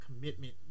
commitment